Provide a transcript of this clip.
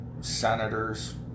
Senators